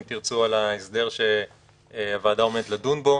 אם תרצו, על ההסדר שהוועדה עומדת לדון בו.